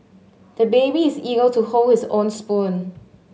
the baby is eager to hold his own spoon